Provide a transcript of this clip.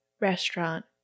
restaurant